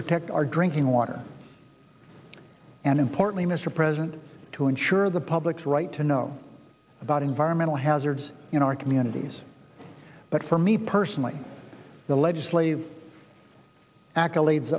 protect our drinking water and importantly mr president to ensure the public's right to know about invite mental hazards in our communities but for me personally the legislative accolades